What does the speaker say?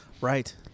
Right